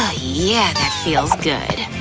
ah yeah, that feels good.